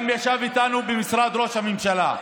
וגם ישב איתנו במשרד ראש הממשלה.